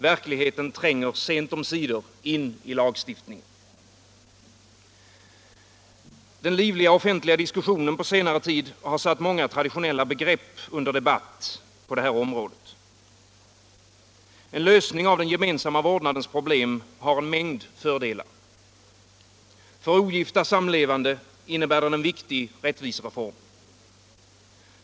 Verkligheten tränger sent omsider in i lagstiftningen. Den livliga offentliga diskussionen på senare tid har satt många traditionella begrepp på det här området under debatt. En lösning av den gemensamma vårdnadens problem har en mängd fördelar. För ogifta samlevande innebär den en viktig rättvisereform.